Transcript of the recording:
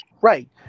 Right